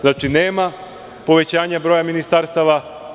Znači, nema povećanja broja ministarstava.